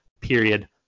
period